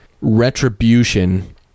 retribution